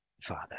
Father